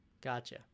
Gotcha